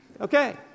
Okay